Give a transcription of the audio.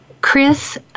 Chris